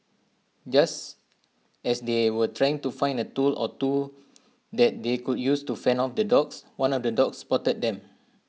just as they were trying to find A tool or two that they could use to fend off the dogs one of the dogs spotted them